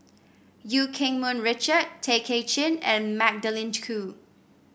Eu Keng Mun Richard Tay Kay Chin and Magdalene Khoo